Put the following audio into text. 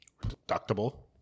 Deductible